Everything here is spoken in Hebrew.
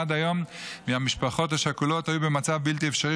עד היום המשפחות השכולות היו במצב בלתי אפשרי